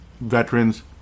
veterans